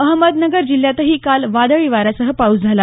अहमदनगर जिल्ह्यातही काल वादळी वाऱ्यासह पाऊस झाला